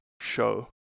show